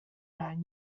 nine